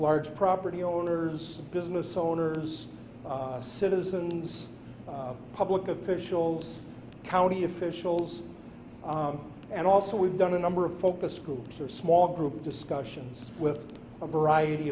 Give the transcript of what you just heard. large property owners business owners citizens public officials county officials and also we've done a number of focus groups or small group discussions with a variety